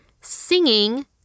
singing